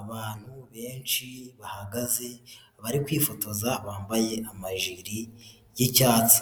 Abantu benshi bahagaze, bari kwifotoza, bambaye amajiri y'icyatsi.